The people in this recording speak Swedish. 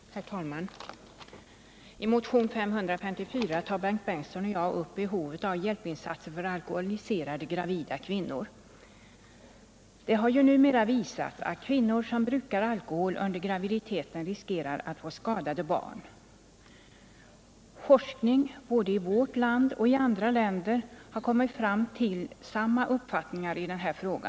Herr talman! I motion 554 tar Bengt Bengtsson och jag upp behovet av hjälpinsatser för alkoholiserade gravida kvinnor. Det har ju numera visats att kvinnor som brukar alkohol under graviditeten riskerar att få skadade barn. Forskning både i vårt land och i andra länder har kommit till samma uppfattning i denna fråga.